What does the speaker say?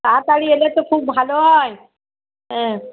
তাড়াতাড়ি এলে তো খুব ভালো হয় হ্যাঁ